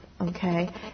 okay